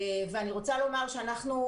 אני רוצה לומר שאנחנו,